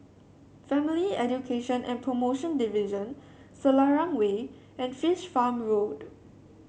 Family Education and Promotion Division Selarang Way and Fish Farm Road